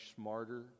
smarter